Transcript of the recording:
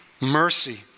mercy